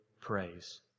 praise